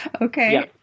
okay